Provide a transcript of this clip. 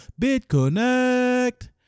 BitConnect